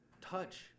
Touch